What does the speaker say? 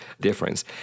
difference